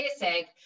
basic